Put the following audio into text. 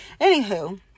anywho